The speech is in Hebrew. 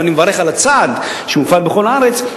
ואני מברך על הצעד של הפעלתו בכל הארץ.